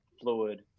fluid